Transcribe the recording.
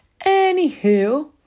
Anywho